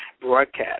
broadcast